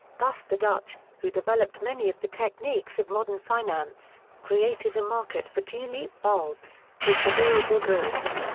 thus the dutch, who developed many of the techniques of modern finance, created a market for tulip bulbs, which were durable goods.